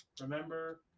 Remember